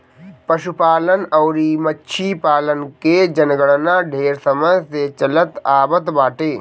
पशुपालन अउरी मछरी पालन के जनगणना ढेर समय से चलत आवत बाटे